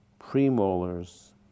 premolars